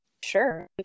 sure